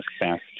fast